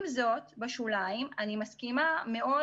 עם זאת, בשוליים, אני מסכימה מאוד